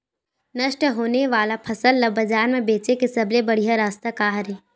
नष्ट होने वाला फसल ला बाजार मा बेचे के सबले बढ़िया रास्ता का हरे?